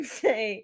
say